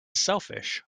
selfish